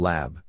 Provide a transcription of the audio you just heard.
Lab